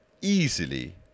easily